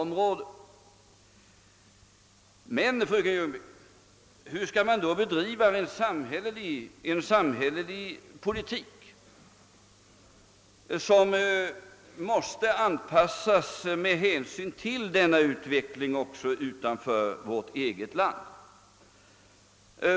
Men, fröken Ljungberg, hur skall man då bedriva en samhällelig politik som också måste ta hänsyn till denna utveckling utanför vårt land?